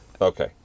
Okay